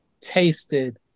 tasted